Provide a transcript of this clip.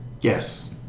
Yes